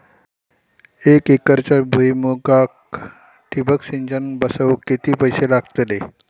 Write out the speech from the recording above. एक एकरच्या भुईमुगाक ठिबक सिंचन बसवूक किती पैशे लागतले?